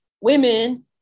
Women